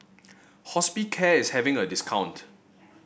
Hospicare is having a discount